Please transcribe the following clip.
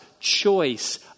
choice